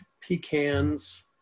pecans